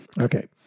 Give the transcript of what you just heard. Okay